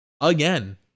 again